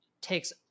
takes